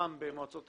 במועצות אזוריות,